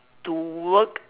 to work